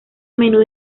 menudo